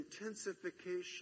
intensification